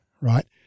Right